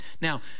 Now